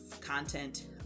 content